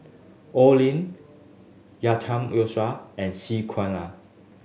Oi Lin Yusof and C Kunalan